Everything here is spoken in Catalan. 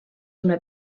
una